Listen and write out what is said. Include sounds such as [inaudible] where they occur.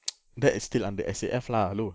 [noise] that is still under S_A_F lah hello